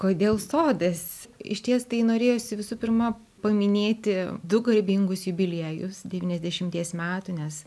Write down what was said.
kodėl sodas išties tai norėjosi visų pirma paminėti du garbingus jubiliejus devyniasdešimties metų nes